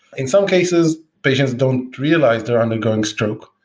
in some cases, patients don't realize they're undergoing stroke.